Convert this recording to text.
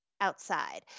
Outside